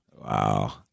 Wow